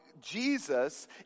Jesus